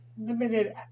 limited